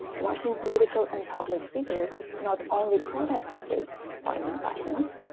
russian political and public figures not only protested ottoman violence,